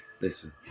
Listen